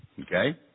okay